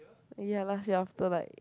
ya last year after like